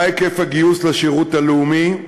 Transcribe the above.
מה היקף הגיוס לשירות הלאומי,